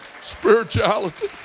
spirituality